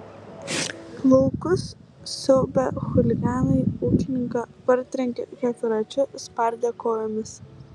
laukus siaubę chuliganai ūkininką partrenkė keturračiu spardė kojomis